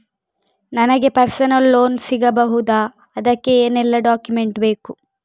ನನಗೆ personal loan ಸಿಗಬಹುದ ಅದಕ್ಕೆ ಏನೆಲ್ಲ ಡಾಕ್ಯುಮೆಂಟ್ ಬೇಕು?